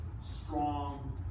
strong